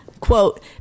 quote